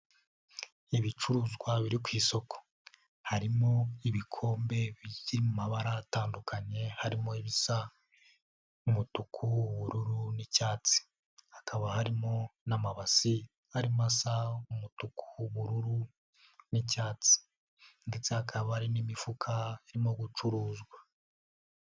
Ibicuruzwa biri ku isoko. Harimo ibikombe by'amabara atandukanye harimo ibisa, umutuku ubururu n'icyatsi. Hakaba harimo n'amabase arimo asa umutuku ubururu n'icyatsi. Ndetse hakaba hari n'imifuka irimo gucuruzwa.